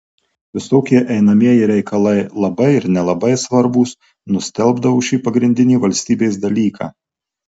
visokie einamieji reikalai labai ir nelabai svarbūs nustelbdavo šį pagrindinį valstybės dalyką